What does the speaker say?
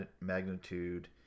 magnitude